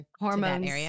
hormones